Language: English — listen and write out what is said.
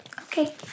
Okay